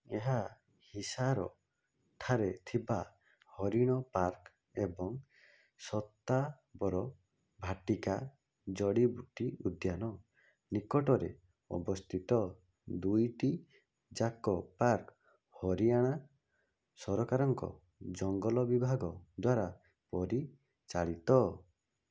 ଏହା ହିସାର ଠାରେ ଥିବା ହରିଣ ପାର୍କ୍ ଏବଂ ଶତାବର ବାଟିକା ଜଡ଼ିବୁଟି ଉଦ୍ୟାନ ନିକଟରେ ଅବସ୍ଥିତ ଦୁଇଟି ଯାକ ପାର୍କ୍ ହରିୟାଣା ସରକାରଙ୍କ ଜଙ୍ଗଲ ବିଭାଗ ଦ୍ୱାରା ପରିଚାଳିତ